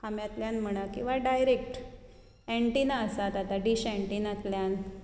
खांब्यांतल्यान म्हणा किंवा direct antenna आसात आतां डिश एंटीनातल्यान